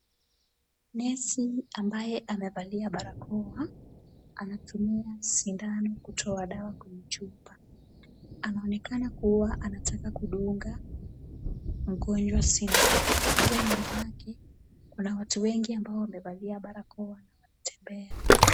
Nesi ambaye amevalia barakoa, anatumia sindano kutoa dawa kwenye chupa, anaonekana kuwa anataka kudunga mgonjwa sindano. Pia nyuma yake kuna watu wengi ambao wamevalia barakoa na wanatembea.